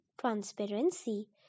transparency